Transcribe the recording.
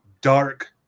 dark